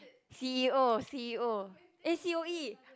C_E_O C_E_O eh C_O_E